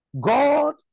God